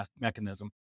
mechanism